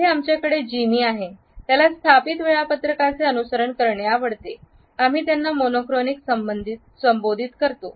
येथे आमच्याकडे जिमी आहे त्याला स्थापित वेळापत्रकांचे अनुसरण करणे आवडते आम्ही त्यांना मोनोक्रोमिक संबोधित करतो